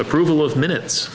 approval of minutes